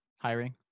Hiring